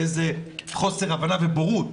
באיזה חוסר הבנה ובורות,